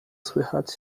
słychać